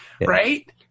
right